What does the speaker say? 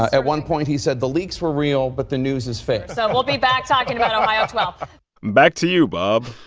at one point, he said the leaks were real, but the news is fake so we'll be back talking about ohio twelve point back to you, bob.